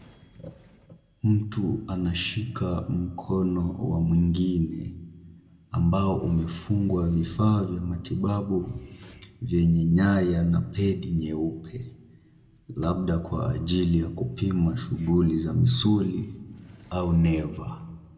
Mtu anashika mkono wa mwingine ambao umefungwa vifaa vya matibabu vyenye nyaya na pedi nyeupe labda kwa ajili yakupimwa fungoli za misuli au neva.